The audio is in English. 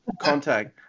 Contact